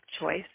choice